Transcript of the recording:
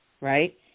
right